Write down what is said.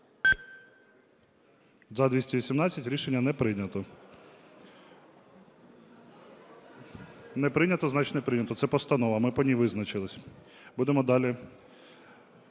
За-218 Рішення не прийнято. Не прийнято, значить не прийнято. Це постанова, ми по ній визначились. Будемо далі